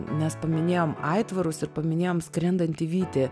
mes paminėjom aitvarus ir paminėjom skrendantį vytį